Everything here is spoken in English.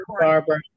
Barbara